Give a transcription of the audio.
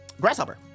Grasshopper